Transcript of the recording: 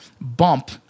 bump